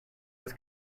was